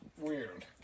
weird